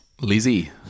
Lizzie